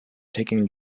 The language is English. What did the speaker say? taking